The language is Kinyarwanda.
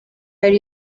yari